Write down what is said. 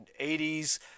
80s